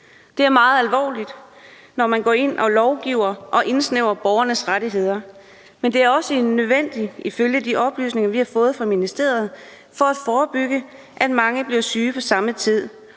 Det er meget alvorligt, når man går ind og lovgiver og indsnævrer borgernes rettigheder. Men det er også nødvendigt ifølge de oplysninger, vi har fået fra ministeriet, for at forebygge, at mange bliver syge på samme tid.